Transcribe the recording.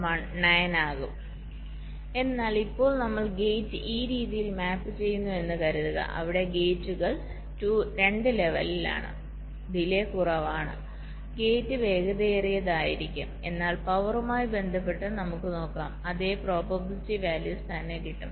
0679 ആകും എന്നാൽ ഇപ്പോൾ നമ്മൾ ഗേറ്റ് ഈ രീതിയിൽ മാപ്പ് ചെയ്യുന്നു എന്ന് കരുതുക അവിടെ ഗേറ്റുകൾ 2 ലെവലിൽ ആണ് ഡിലെ കുറവാണ് ഗേറ്റ് വേഗതയേറിയതായിരിക്കും എന്നാൽ പവറുമായി ബന്ധപ്പെട്ട് നമുക്ക് നോക്കാം അതേ പ്രോബബിലിറ്റി വാല്യൂസ് തന്നെ കിട്ടും